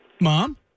Mom